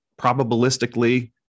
probabilistically